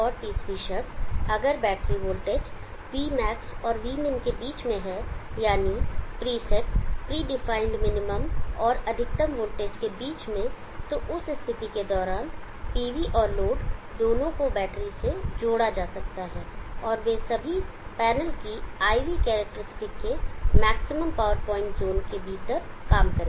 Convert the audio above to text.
एक और तीसरी शर्त अगर बैटरी वोल्टेज Vmin और Vmax के बीच में है यानी प्रीसेट प्रेडिफाइंड मिनिमम और अधिकतम वोल्टेज के बीच में तो उस स्थिति के दौरान PV और लोड दोनों को बैटरी से जोड़ा जा सकता है और वे सभी पैनल की IV करैक्टेरिस्टिक के मैक्सिमम पावर पॉइंट जोन के भीतर काम करेंगे